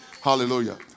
Hallelujah